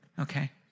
Okay